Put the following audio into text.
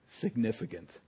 significant